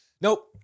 nope